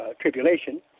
tribulation